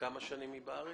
כמה שנים היא בארץ?